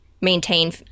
maintain